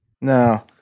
No